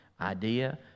idea